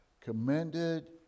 commended